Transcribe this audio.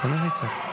תנמיכי קצת.